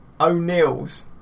O'Neill's